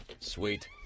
Sweet